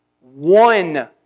One